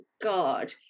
God